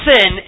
sin